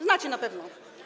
Znacie na pewno.